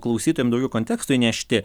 klausytojam daugiau konteksto įnešti